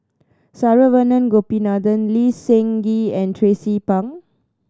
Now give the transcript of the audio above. Saravanan Gopinathan Lee Seng Gee and Tracie Pang